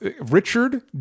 Richard